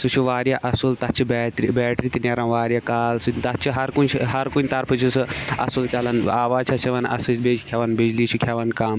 سُہ چھُ واریاہ اَصٕل تَتھ چھُ بیٹری بیٹری تہِ نیران واریاہ کال تَتھ چھُ ہر کُنہِ شٲ ہر کُنہِ طرفہٕ سُہ اَصٕل چلان آواز چھَس یِوان اَصٕل بَیٚیہِ چھُ کھٮ۪وان بجلی چھُ کھٮ۪وان کَم